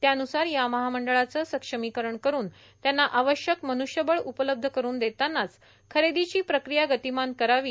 त्यानुसार या महामंडळाचं सक्षमीकरण करून त्यांना आवश्यक मनुष्यबळ उपलब्ध करून देतांनाच खरेदीची प्रक्रिया गतिमान करावी